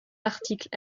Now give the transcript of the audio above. articles